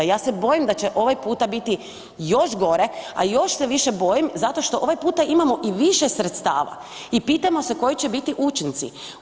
Ja se bojim da će ovaj puta biti još gore, a još se više bojim zato što ovaj puta imamo i više sredstava i pitamo se koji će biti učinci.